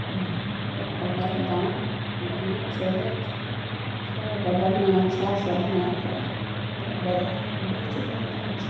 ओकर दाम बढ़िआँ छै रेट सबकऽ बढ़िआँ अच्छासँ बनाएके ओकरा बजारमे बेच देल जाइत छै